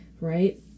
right